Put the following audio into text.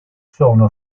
sono